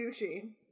sushi